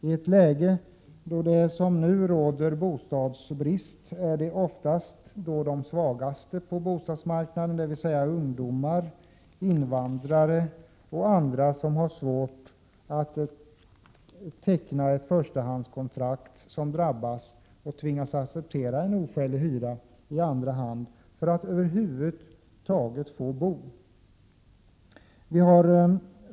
I ett läge då det som nu råder bostadsbrist är det oftast de svagaste på bostadsmarknaden, dvs. ungdomar, invandrare och andra, som har svårt att teckna ett förstahandskontrakt, som drabbas och tvingas acceptera en oskälig hyra för ett andrahandskontrakt för att över huvud taget få någonstans att bo.